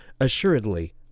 assuredly